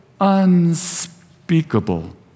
Unspeakable